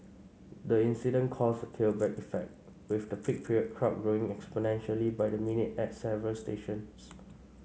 the incident caused a tailback effect with the peak period crowd growing exponentially by the minute at several stations